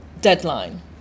deadline